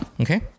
Okay